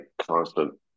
constant